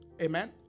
amen